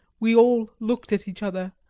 we all looked at each other,